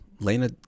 Lena